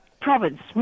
province